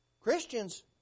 Christians